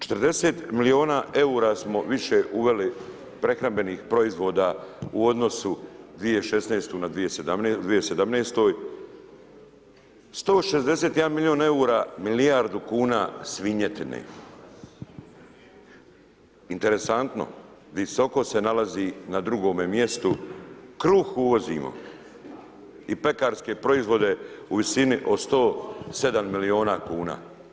40 milijuna eura smo više uveli prehrambenih proizvodu u odnosu 2016. na 2017. 161 milijun eura, milijardu kuna svinjetine, interesantno, visoko se nalazi na 2 mjestu, kruh uvozimo i pekarske proizvode u visini od 107 milijuna kuna.